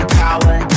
power